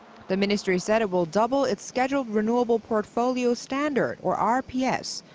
the ministry said it will double its scheduled renewable portfolio standard. or rps.